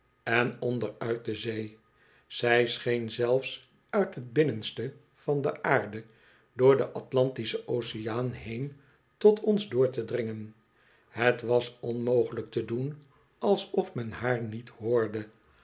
en onder uit de zee zij scheen zelfs uit het binnenste van de aarde door den atlantischen oceaan hoen tot ons door te dringen liet was onmogelijk te doen alsof men haar niet hoorde